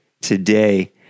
today